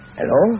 Hello